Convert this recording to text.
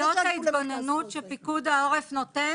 ההנחיות בהתגוננות שפיקוד העורף נותן